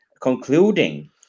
concluding